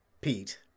Pete